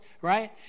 right